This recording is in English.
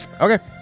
Okay